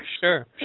Sure